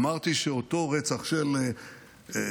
אמרתי שאותו רצח של משפחה